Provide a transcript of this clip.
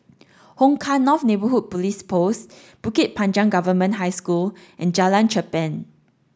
Hong Kah North Neighbourhood Police Post Bukit Panjang Government High School and Jalan Cherpen